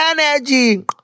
Energy